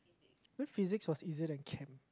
why Physics was easier than Chem